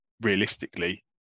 realistically